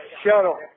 shuttle